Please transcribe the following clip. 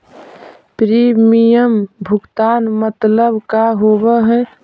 Premium भुगतान मतलब का होव हइ?